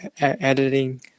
editing